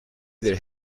that